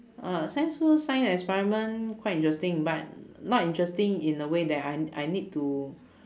uh science school science experiment quite interesting but not interesting in the way that I I need to